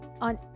on